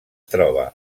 troba